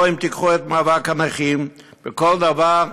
או אם תיקחו את מאבק הנכים, וכל דבר,